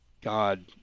God